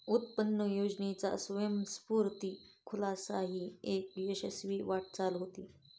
उत्पन्न योजनेचा स्वयंस्फूर्त खुलासा ही एक यशस्वी वाटचाल होती